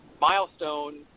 milestone